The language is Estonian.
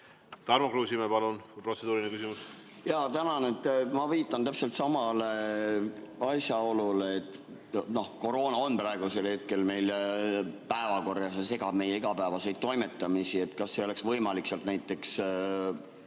Tarmo Kruusimäe, palun, protseduuriline küsimus! Jaa, tänan! Ma viitan täpselt samale asjaolule. Koroona on praegusel hetkel meil päevakorras ja segab meie igapäevaseid toimetamisi. Kas ei oleks võimalik sealt näiteks